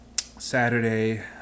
Saturday